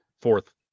Fourth